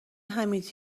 حمید